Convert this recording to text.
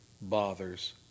bothers